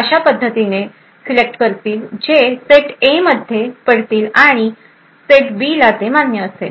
अशा पद्धतीने सिलेक्ट करतील जे सेट ए मध्ये पडतील आणि आणि सेट बी ला ते मान्य असेल